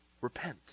Repent